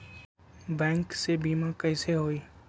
Bank से बिमा कईसे होई?